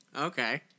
Okay